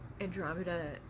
Andromeda